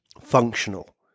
functional